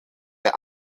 eine